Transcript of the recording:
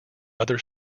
other